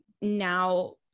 now